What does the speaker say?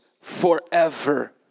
forever